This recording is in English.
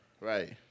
Right